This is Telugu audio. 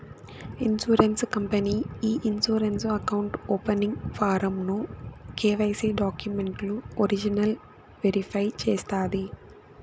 ఇన్సూరెన్స్ కంపనీ ఈ ఇన్సూరెన్స్ అకౌంటు ఓపనింగ్ ఫారమ్ ను కెవైసీ డాక్యుమెంట్లు ఒరిజినల్ వెరిఫై చేస్తాది